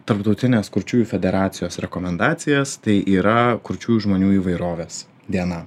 tarptautinės kurčiųjų federacijos rekomendacijas tai yra kurčiųjų žmonių įvairovės diena